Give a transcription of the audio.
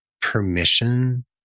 permission